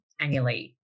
annually